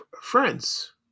friends